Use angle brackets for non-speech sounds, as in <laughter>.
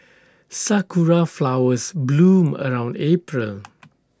Sakura Flowers bloom around April <noise>